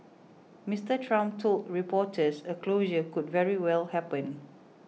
Mr Trump told reporters a closure could very well happen